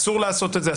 אסור לעשות את זה,